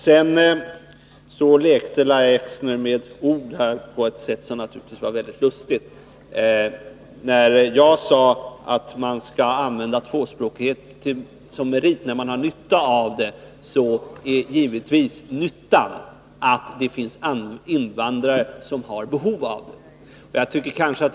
Sedan lekte Lahja Exner med ord på ett sätt som naturligtvis var väldigt lustigt. När jag sade att man skall använda tvåspråkighet som merit när man har nytta av det menar jag givetvis med ”nytta” att det visst finns invandrare som har behov av det.